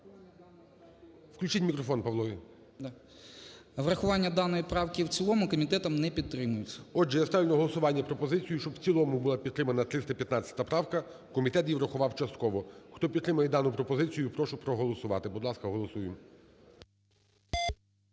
Врахування даної правки в цілому комітетом не підтримується. ГОЛОВУЮЧИЙ. Отже, я ставлю на голосування пропозицію, щоб в цілому була підтримана 315 правка. Комітет її врахував частково. Хто підтримує дану пропозицію, прошу проголосувати. Будь ласка, голосуємо.